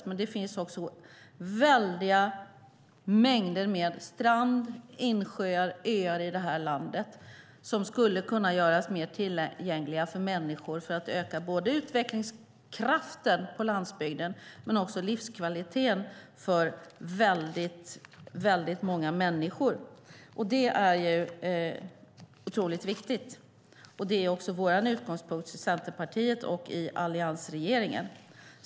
Men det finns också väldiga mängder med stränder, insjöar och öar i det här landet som skulle kunna göras mer tillgängliga för människor för att öka både utvecklingskraften på landsbygden och livskvaliteten för många människor. Det är otroligt viktigt. Det är också vår utgångspunkt i Centerpartiet och i alliansregeringen.